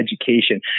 education